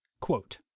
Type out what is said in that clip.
Quote